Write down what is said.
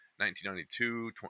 1992